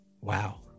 Wow